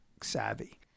savvy